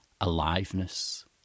aliveness